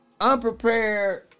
Unprepared